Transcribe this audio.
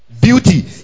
beauty